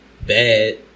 bad